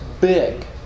big